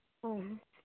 ᱦᱮᱸ ᱦᱮᱸ